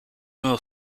nuevo